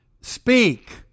speak